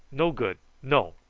no good! no!